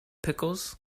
pickles